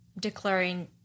declaring